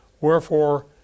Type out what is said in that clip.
wherefore